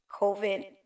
COVID